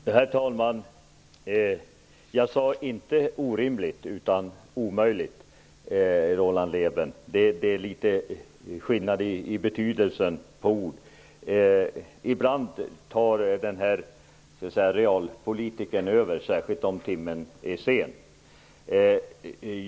Herr talman! Jag sade inte orimligt utan omöjligt. Det är litet skillnad i betydelsen på ord. Ibland tar realpolitikern över, särskilt när timmen är sen.